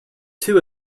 two